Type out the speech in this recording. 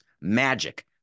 Magic